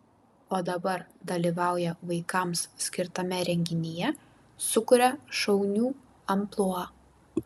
o dabar dalyvauja vaikams skirtame renginyje sukuria šaunių amplua